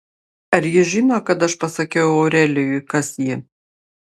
ar ji žino kad aš pasakiau aurelijui kas ji